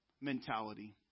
mentality